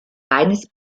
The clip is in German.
reines